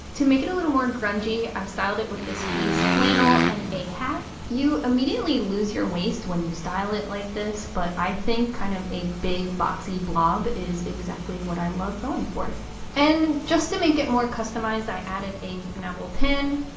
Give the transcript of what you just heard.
to make it a little more grungy i've styled it with this fleece flannel and a hat you immediately lose your waist when you style it like this but i think kind of a big boxy blob is exactly what i love going for and just to make it more customized. i added a enamel pin